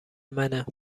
منه